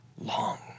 long